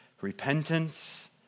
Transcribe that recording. repentance